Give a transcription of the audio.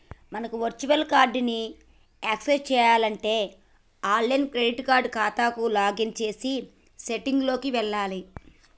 మనకు virtual card ని access చేయాలంటే ఆన్లైన్ క్రెడిట్ కార్డ్ ఖాతాకు లాగిన్ చేసి సెట్టింగ్ లోకి వెళ్లాలి